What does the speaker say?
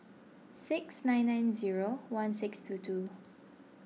six nine nine zero one six two two